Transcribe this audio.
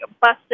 busted